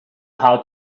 how